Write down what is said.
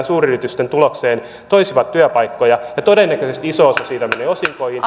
suuryritysten tulokseen toisivat työpaikkoja ja todennäköisesti iso osa niistä menee osinkoihin